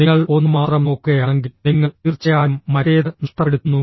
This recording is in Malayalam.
നിങ്ങൾ 1 മാത്രം നോക്കുകയാണെങ്കിൽ നിങ്ങൾ തീർച്ചയായും മറ്റേത് നഷ്ടപ്പെടുത്തുന്നു